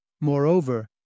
Moreover